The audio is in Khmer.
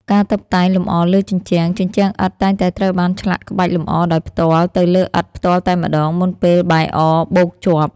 ការតុបតែងលម្អលើជញ្ជាំង ជញ្ជាំងឥដ្ឋតែងតែត្រូវបានឆ្លាក់ក្បាច់លម្អដោយផ្ទាល់ទៅលើឥដ្ឋផ្ទាល់តែម្ដង មុនពេលបាយអរបូកជាប់។